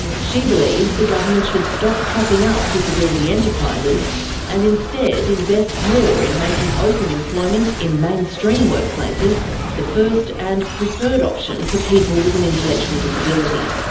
she believes the government should stop propping up disability enterprises and instead invest more in making open employment in mainstream workplaces the first and preferred option for people with an intellectual disability.